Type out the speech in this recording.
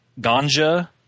ganja